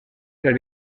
ser